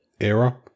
era